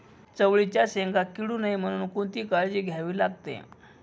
चवळीच्या शेंगा किडू नये म्हणून कोणती काळजी घ्यावी लागते?